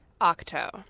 Octo